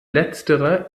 letztere